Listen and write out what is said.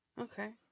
Okay